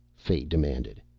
fay demanded.